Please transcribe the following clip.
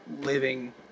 living